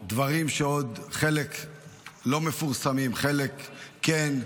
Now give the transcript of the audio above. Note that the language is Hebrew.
דברים שחלק עוד לא מפורסמים, חלק כן,